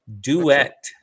Duet